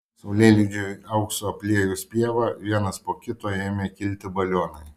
saulėlydžiui auksu apliejus pievą vienas po kito ėmė kilti balionai